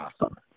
awesome